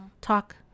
talk